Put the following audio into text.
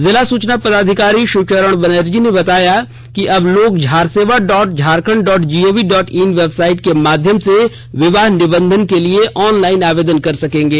जिला सूचना पदाधिकारी शिव चरण बनर्जी ने बताया कि अब लोग Jharsewa dot Jharkhand dot G O V dot in website के माध्यम से विवाह निबंधन के लिए ऑनलाइन आवेदन कर सकेंगे